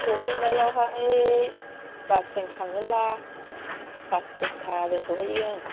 सहैनायावहाय बासजों थाङोब्ला पास घन्टाजों सहैयो